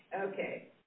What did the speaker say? Okay